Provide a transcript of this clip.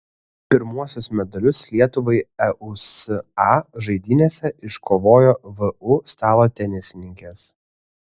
pirmuosius medalius lietuvai eusa žaidynėse iškovojo vu stalo tenisininkės